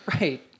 Right